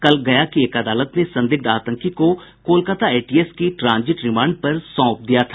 कल गया की एक अदालत ने संदिग्ध आतंकी को कोलकाता एटीएस की ट्रांजिट रिमांड पर सौंप दिया था